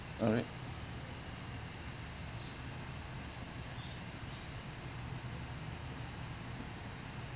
alright